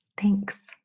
Thanks